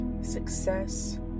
success